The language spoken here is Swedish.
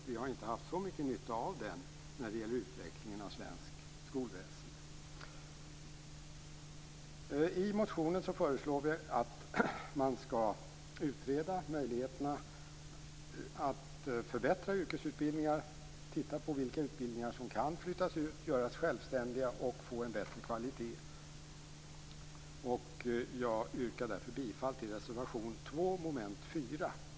Vi har inte haft så mycket nytta av den när det gäller utvecklingen av svenskt skolväsende. I motionen föreslår vi att man skall utreda möjligheterna att förbättra yrkesutbildningarna och titta på vilka utbildningar som kan flyttas ut, göras självständiga och få en bättre kvalitet. Jag yrkar därför bifall till reservation 2 under mom. 4.